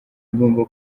agomba